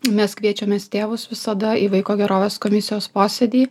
mes kviečiamės tėvus visada į vaiko gerovės komisijos posėdį